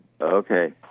Okay